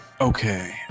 okay